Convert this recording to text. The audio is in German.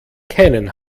keinen